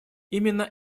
именно